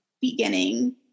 beginning